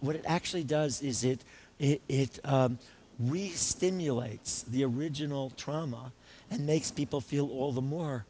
what it actually does is it it really stimulates the original trauma and makes people feel all the more